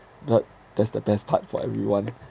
but that's the best part for everyone